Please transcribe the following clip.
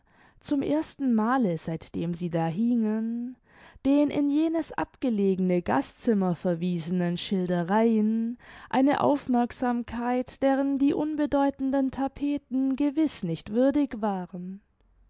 zum erstenmale seitdem sie da hingen den in jenes abgelegene gastzimmer verwiesenen schildereien eine aufmerksamkeit deren die unbedeutenden tapeten gewiß nicht würdig waren